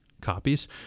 copies